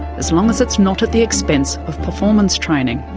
as long as it's not at the expense of performance training.